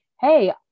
hey